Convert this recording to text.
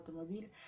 automobile